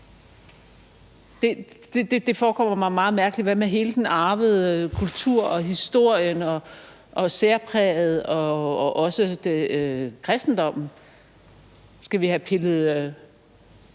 Det forekommer mig meget mærkeligt. Hvad med hele den nedarvede kultur og historien og særpræget og også kristendommen? Skal vi pille